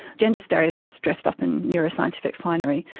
gender stereotypes dressed up in neuroscientific finery.